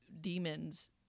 demons